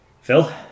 Phil